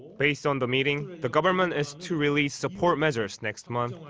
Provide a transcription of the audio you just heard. based on the meeting, the government is to release support measures next month.